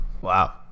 Wow